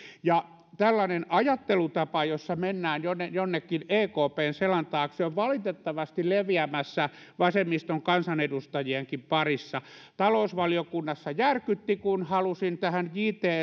ja tällainen ajattelutapa jossa mennään jonnekin ekpn selän taakse on valitettavasti leviämässä vasemmiston kansanedustajienkin parissa talousvaliokunnassa järkytti kun halusin tähän